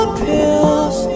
pills